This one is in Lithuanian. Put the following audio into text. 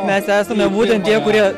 mes esame būtent tie kurie